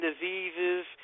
diseases